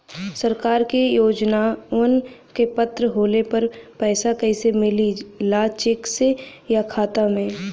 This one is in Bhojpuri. सरकार के योजनावन क पात्र होले पर पैसा कइसे मिले ला चेक से या खाता मे?